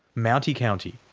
mounty county.